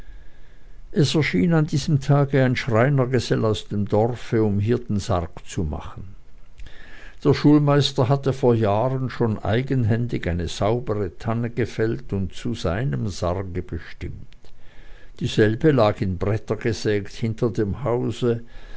es erschien an diesem tage ein schreinergesell aus dem dorfe um hier den sarg zu machen der schulmeister hatte vor jahren schon eigenhändig eine saubere tanne gefällt und zu seinem sarge bestimmt dieselbe lag in bretter gesägt hinter dem hause